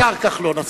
השר כחלון.